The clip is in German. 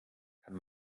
kann